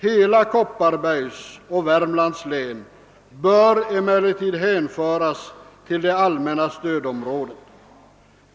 Hela Kopparbergs och Värmlands län bör emellertid hänföras till det allmänna stödområdet.